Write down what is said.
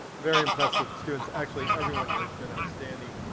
very impressive students. actually, everyone here has been outstanding.